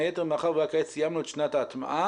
בין היתר מאחר שרק כעת סיימו את שנת ההטמעה.